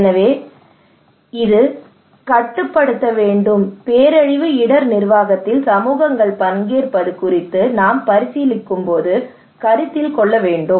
எனவே இது கட்டுப்படுத்தப்பட வேண்டும் பேரழிவு இடர் நிர்வாகத்தில் சமூகங்கள் பங்கேற்பது குறித்து நாம் பரிசீலிக்கும்போது கருத்தில் கொள்ள வேண்டும்